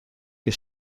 que